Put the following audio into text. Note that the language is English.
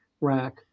rack